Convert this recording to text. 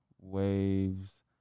Waves